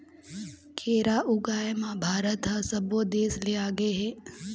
केरा ऊगाए म भारत ह सब्बो देस ले आगे हे